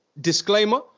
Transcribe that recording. disclaimer